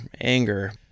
anger